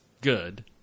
good